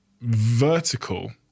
vertical